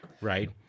right